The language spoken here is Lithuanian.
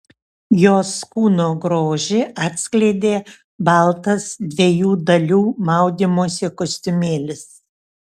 jos kūno grožį atskleidė baltas dviejų dalių maudymosi kostiumėlis